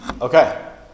okay